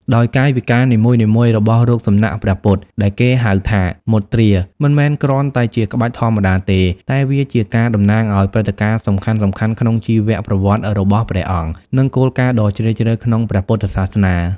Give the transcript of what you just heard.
ដោយកាយវិការនីមួយៗរបស់រូបសំណាកព្រះពុទ្ធ ដែលគេហៅថា មុទ្រាមិនមែនគ្រាន់តែជាក្បាច់ធម្មតាទេ តែវាជាការតំណាងឱ្យព្រឹត្តិការណ៍សំខាន់ៗក្នុងជីវប្រវត្តិរបស់ព្រះអង្គ និងគោលការណ៍ដ៏ជ្រាលជ្រៅក្នុងព្រះពុទ្ធសាសនា។